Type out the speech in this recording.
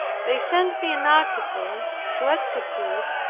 they sent me an article to execute,